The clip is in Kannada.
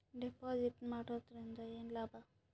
ಡೆಪಾಜಿಟ್ ಮಾಡುದರಿಂದ ಏನು ಲಾಭ?